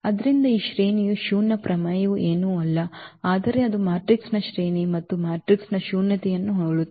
ಆದ್ದರಿಂದ ಈ ಶ್ರೇಣಿಯ ಶೂನ್ಯ ಪ್ರಮೇಯವು ಏನೂ ಅಲ್ಲ ಆದರೆ ಅದು ಮ್ಯಾಟ್ರಿಕ್ಸ್ನ ಶ್ರೇಣಿ ಮತ್ತು ಮ್ಯಾಟ್ರಿಕ್ಸ್ನ ಶೂನ್ಯತೆಯನ್ನು ಹೇಳುತ್ತದೆ